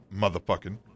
motherfucking